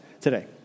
today